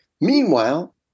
Meanwhile